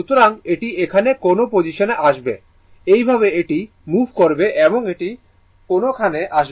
সুতরাং এটি এখানে কোনও পজিশনে আসবে এইভাবে এটি মুভ করবে এবং এটি কোন খানে আসবে